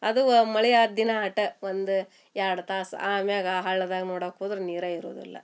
ಅದು ವಾ ಮಳೆ ಆದ ದಿನ ಆಟ ಒಂದು ಎರಡು ತಾಸ ಆಮ್ಯಾಗ ಆ ಹಳ್ಳದಾಗ ನೋಡಾಕೆ ಹೋದ್ರೆ ನೀರಾ ಇರೋದಿಲ್ಲ